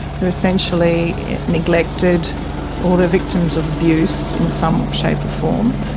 who are essentially neglected or the victims of abuse in some shape or form.